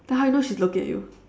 then how you know she's looking at you